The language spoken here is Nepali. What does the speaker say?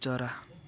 चरा